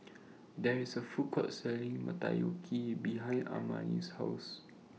There IS A Food Court Selling Motoyaki behind Amani's House